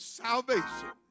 salvation